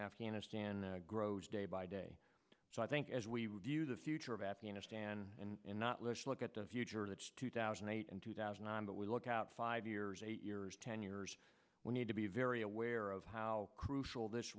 afghanistan grows day by day so i think as we review the future of afghanistan and not wish to look at the future that's two thousand and eight and two thousand and that we look out five years eight years ten years we need to be very aware of how crucial this